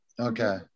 Okay